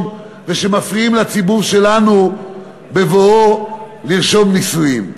ומפריעים לציבור שלנו בבואו לרשום נישואין.